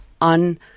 on